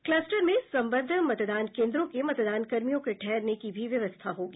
cluster में संबंद्व मतदान केन्द्रों के मतदानकर्मियों के ठहरने की भी व्यवस्था होगी